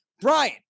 brian